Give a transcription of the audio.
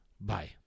Bye